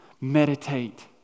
meditate